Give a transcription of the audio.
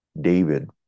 David